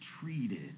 treated